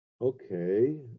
Okay